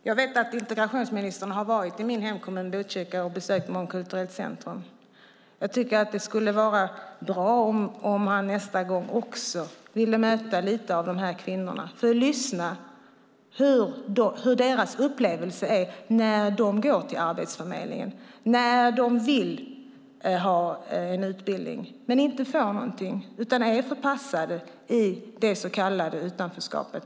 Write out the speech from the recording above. Jag vet att integrationsministern har varit i min hemkommun Botkyrka och besökt Mångkulturellt centrum. Jag tycker att det skulle vara bra om han nästa gång också ville möta några av dessa kvinnor, för att lyssna på hur deras upplevelse är när de går till Arbetsförmedlingen eller när de vill ha en utbildning men inte får någonting utan är förpassade till det så kallade utanförskapet.